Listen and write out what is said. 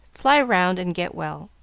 fly round and get well.